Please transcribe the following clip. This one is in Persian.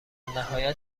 نهایت